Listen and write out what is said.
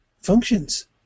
functions